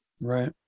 Right